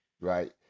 right